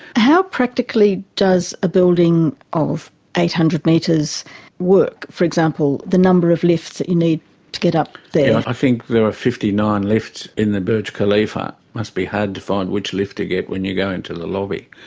how practically does a building of eight hundred metres work? for example, the number of lifts that you need to get up there? i think there are fifty nine lifts in the burj khalifa it must be hard to find which lift to get when you're going to the lobby.